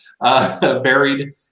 buried